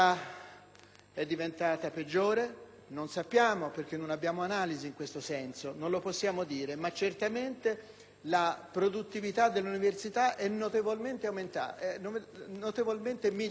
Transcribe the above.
qualità è peggiorata? Non sappiamo perché non esistono analisi in questo senso. Non lo si può dire, ma certamente la produttività dell'università è notevolmente migliorata.